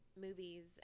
movies